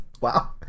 Wow